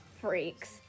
freaks